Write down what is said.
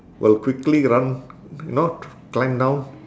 will quickly run you know climb down